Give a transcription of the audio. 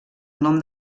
nom